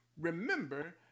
Remember